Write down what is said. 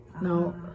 no